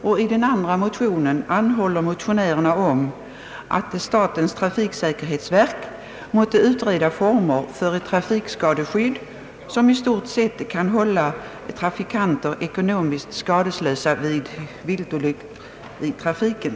I det andra motionsparet anhåller motionärerna att statens trafiksäkerhetsverk måtte få i uppdrag att utreda former för ett trafikskadeskydd som i stort sett kan hålla trafikanter ekonomiskt skadeslösa vid viltolyckor i trafiken.